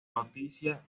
noticia